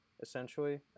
essentially